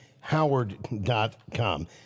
Howard.com